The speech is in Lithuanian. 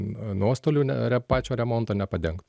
n nuostolių ne re pačio remonto nepadeng